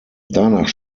danach